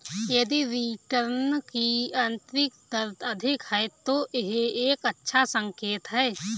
यदि रिटर्न की आंतरिक दर अधिक है, तो यह एक अच्छा संकेत है